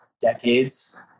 Decades